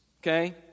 okay